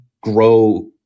grow